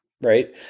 right